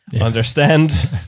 understand